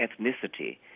ethnicity